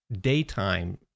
daytime